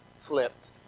flipped